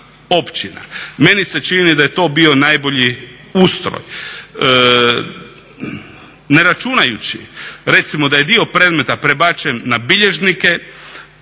općina. Meni se čini da je to bio najbolji ustroj. Ne računajući recimo da je dio predmeta prebačen na bilježnike,